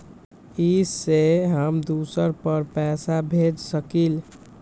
इ सेऐ हम दुसर पर पैसा भेज सकील?